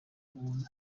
buntu